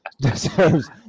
deserves